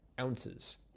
ounces